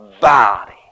body